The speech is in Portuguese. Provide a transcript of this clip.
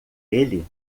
ele